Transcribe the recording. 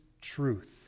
truth